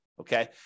Okay